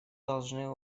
должны